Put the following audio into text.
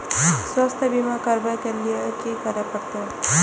स्वास्थ्य बीमा करबाब के लीये की करै परतै?